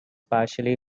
partially